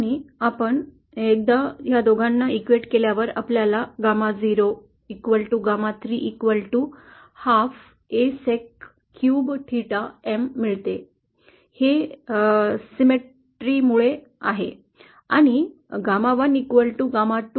आणि एकदा आपण दोघांची समतुल्यता केल्यावर आपल्याला γ0 γ 3 ½ Asec cube theta M मिळते हे सममितीमुळे आहे आणि γ1 γ2 32